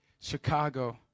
Chicago